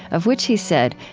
of which he said,